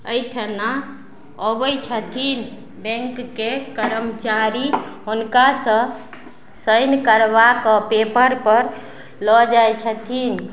अइठना अबय छथिन बैंकके कर्मचारी हुनकासँ साइन करबाक पेपरपर लअ जाइ छथिन